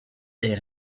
est